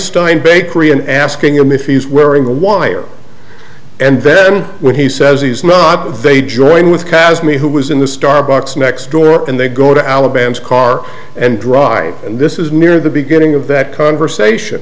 stein bakery and asking him if he's wearing a wire and then when he says he's not they join with kat as me who was in the starbucks next door and they go to alabama car and drive and this is near the beginning of that conversation